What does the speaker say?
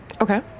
Okay